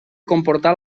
comportar